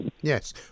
Yes